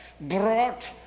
Brought